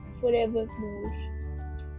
forevermore